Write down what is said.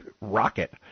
rocket